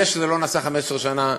זה שזה לא נעשה 15 שנה,